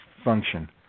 Function